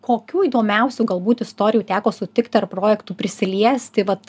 kokių įdomiausių galbūt istorijų teko sutikt ar projektų prisiliesti vat